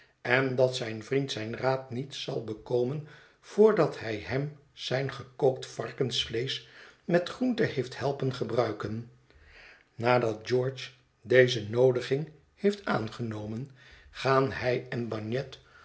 en dat zijn vriend zijn raad niet zal bekomen voordat hij hem zijn gekookt varkensvleesch met groente heeft helpen gebruiken nadat george deze noodiging heeft aangenomen gaan hij en bagnet